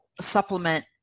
supplement